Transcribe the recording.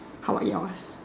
how about yours